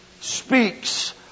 speaks